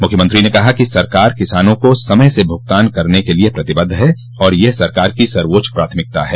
मुख्यमंत्री ने कहा कि सरकार किसानों को समय से भुगतान करने के लिए प्रतिबद्ध है और यह सरकार की सर्वोच्च प्राथमिकता है